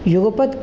युगपत्